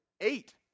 Eight